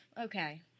Okay